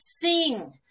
sing